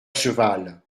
cheval